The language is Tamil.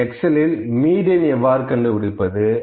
இந்த எக்சலில் மீடியன் எவ்வாறு கண்டுபிடிப்பது